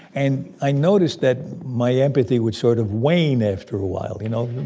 and i noticed that my empathy would sort of wane after a while, you know?